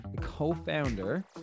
co-founder